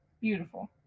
Beautiful